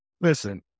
Listen